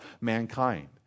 mankind